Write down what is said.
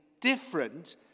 different